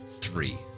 three